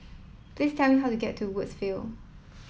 please tell me how to get to Woodsville